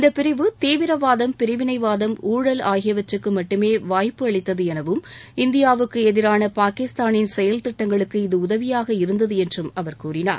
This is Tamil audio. இந்த பிரிவு தீவிரவாதம் பிரிவினைவாதம் ஊழல் ஆகியவற்றுக்கு மட்டுமே வாய்ப்பு அளித்தது எனவும் இந்தியாவுக்கு எதிராள பாகிஸ்தானின் செயல் திட்டங்களுக்கு இது உதவியாக இருந்தது என்றும் அவர் கூறினார்